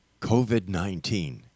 COVID-19